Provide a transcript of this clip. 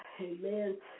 Amen